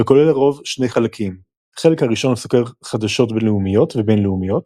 וכולל לרוב שני חלקים החלק הראשון סוקר חדשות לאומיות ובינלאומיות,